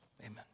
amen